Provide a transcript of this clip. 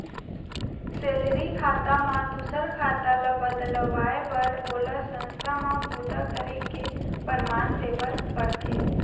salary खाता म दूसर खाता ल बदलवाए बर ओला संस्था म बूता करे के परमान देबर परथे